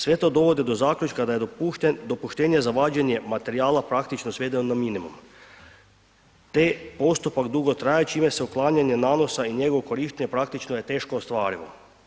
Sve to dovodi do zaključka da je dopuštenje za vađenje materijala praktično svedeno na minimum, te postupak dugo traje čime se uklanjanje nanosa i njegovo korištenje praktično je teško ostvarivo.